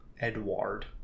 Edward